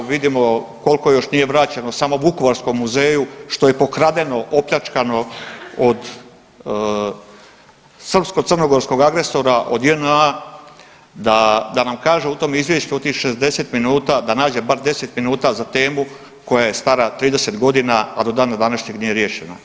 Vidimo koliko još nije vraćeno samo Vukovarskom muzeju što je pokradeno, opljačkano od srpsko crnogorskog agresora od JNA da nam kaže u tom izvješću, u tih 60 minuta da nađe bar 10 minuta za temu koja je stara 30 godina, a do dana današnjeg nije riješena.